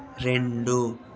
రెండు